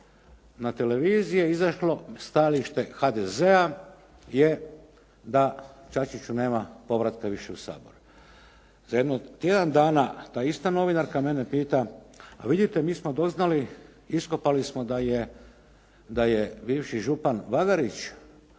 Na televiziji je izašlo stajalište HDZ-a jer da Čačiću nema povratka više u Sabor. Za jedno tjedan dana ta ista novinarka mene pita, a vidite mi smo doznali, iskopali smo da je bivši župan Bagarić